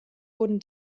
wurden